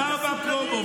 כבר בפרומו,